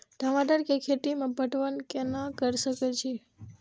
टमाटर कै खैती में पटवन कैना क सके छी?